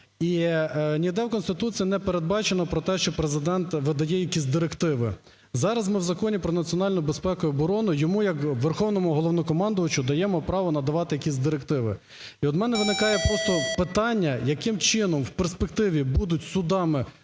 і ніде в Конституції не передбачено про те, що Президент видає якісь директиви. Зараз ми в Законі про національну безпеку і оборону йому як Верховному Головнокомандувачу даємо право надавати якісь директиви. І от в мене виникає просто питання, яким чином в перспективі будуть судами